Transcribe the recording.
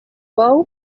bou